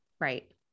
right